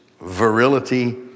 virility